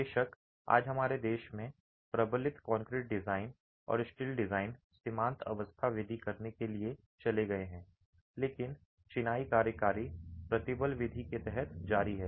बेशक आज हमारे देश में प्रबलित कंक्रीट डिज़ाइन और स्टील डिज़ाइन सीमांत अवस्था विधि करने के लिए चले गए हैं लेकिन चिनाई कार्यकारी प्रतिबल विधि के तहत जारी है